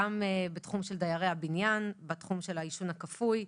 גם בתחום של דיירי הבניין, בתחום העישון הכפוי.